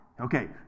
Okay